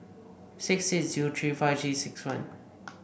six eight zero three five Three six one